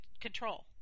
control